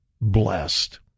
blessed